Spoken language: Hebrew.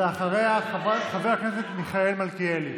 אחריה, חבר הכנסת מיכאל מלכיאלי.